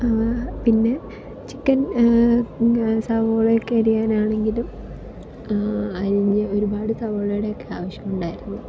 പിന്നെ ചിക്കൻ സവാളയൊക്കെ അരിയാനാണെങ്കിലും അരിഞ്ഞ് ഒരുപാട് സവാളയുടെ ഒക്കെ ആവശ്യം ഉണ്ടായിരുന്നു